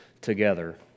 together